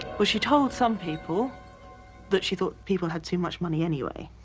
well she told some people that she thought people had too much money anyway.